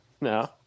no